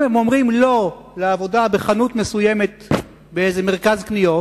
אם הם אומרים "לא" לעבודה בשבת בחנות מסוימת באיזה מרכז קניות,